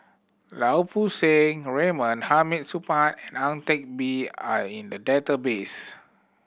Lau Poo Seng Raymond Hamid Supaat and Ang Teck Bee are in the database